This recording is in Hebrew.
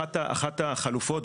אחת החלופות,